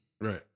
right